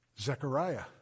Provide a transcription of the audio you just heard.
Zechariah